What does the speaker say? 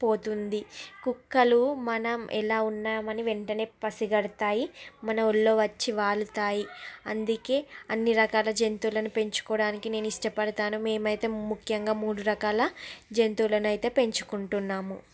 పోతుంది కుక్కలు మనం ఎలా ఉన్నామని వెంటనే పసిగడతాయి మన వడిలో వచ్చి వాలుతాయి అందుకే అన్ని రకాల జంతువులని పెంచుకోవడానికి నేను ఇష్టపడుతాను మేమైతే ముఖ్యంగా మూడు రకాల జంతువులను అయితే పెంచుకుంటున్నాము